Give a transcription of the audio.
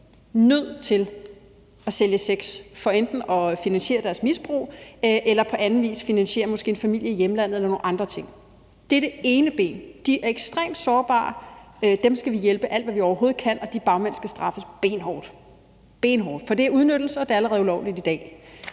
nødt til at sælge sex for enten at finansiere deres misbrug eller på anden vis finansiere måske en familie i hjemlandet eller andre ting. Det er det ene ben. De er ekstremt sårbare, og dem skal vi hjælpe alt, hvad vi overhovedet kan. De bagmænd skal straffes benhårdt – benhårdt! – for det er udnyttelse, og det er allerede ulovligt i dag.